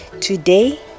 Today